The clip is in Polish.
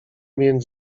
więc